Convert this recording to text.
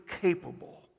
capable